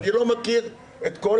אני לא מכיר את כל